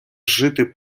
жити